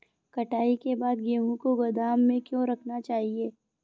कटाई के बाद गेहूँ को गोदाम में क्यो रखना चाहिए?